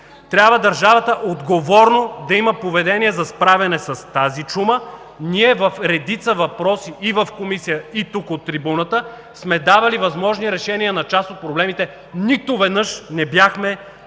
трябва държавата да има отговорно поведение за справяне с тази чума. Ние в редица въпроси и в Комисията, и тук от трибуната, сме давали възможни решения на част от проблемите – нито веднъж не бяхме чути.